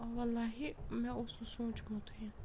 وَاللہِ مےٚ اوس نہٕ سوٗنٛچمُتُے